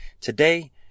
Today